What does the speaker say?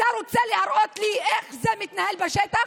אתה רוצה להראות לי איך זה מתנהל בשטח?